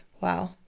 Wow